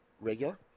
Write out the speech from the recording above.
regular